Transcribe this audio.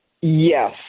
Yes